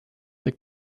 the